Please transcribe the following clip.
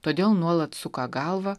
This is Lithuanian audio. todėl nuolat suka galvą